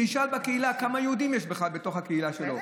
שישאל בקהילה כמה יהודים יש בכלל בתוך הקהילה שלו.